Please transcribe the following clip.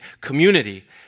community